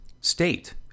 state